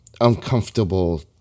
uncomfortable